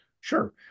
Sure